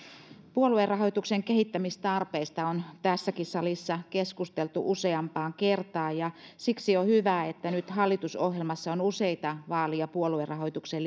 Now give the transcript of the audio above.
puoluerahoituksen kehittämistarpeista on tässäkin salissa keskusteltu useampaan kertaan ja siksi on hyvä että nyt hallitusohjelmassa on useita vaali ja puoluerahoitukseen